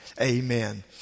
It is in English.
Amen